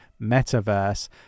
metaverse